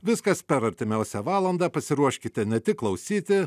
viskas per artimiausią valandą pasiruoškite ne tik klausyti